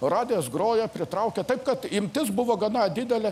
radijas groja pritraukia tai kad imtis buvo gana didelė